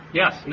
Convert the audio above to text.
yes